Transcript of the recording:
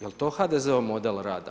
Jel' to HDZ-ov model rada?